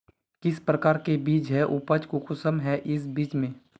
किस प्रकार के बीज है उपज कुंसम है इस बीज में?